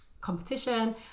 competition